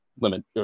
limit